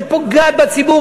שפוגעת בציבור,